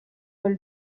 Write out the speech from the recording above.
quel